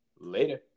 Later